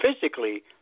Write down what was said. physically